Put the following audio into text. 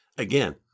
Again